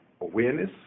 awareness